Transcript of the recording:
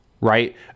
right